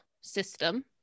system